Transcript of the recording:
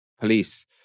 police